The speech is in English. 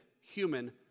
human